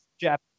Japanese